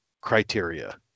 criteria